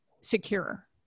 secure